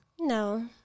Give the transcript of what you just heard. No